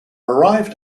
arrived